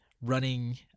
running